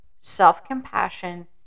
self-compassion